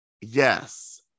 Yes